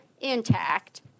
intact